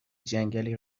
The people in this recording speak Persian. جنگلی